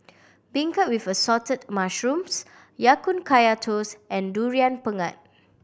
beancurd with Assorted Mushrooms Ya Kun Kaya Toast and Durian Pengat